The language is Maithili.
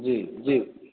जी जी